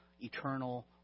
eternal